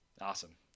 Awesome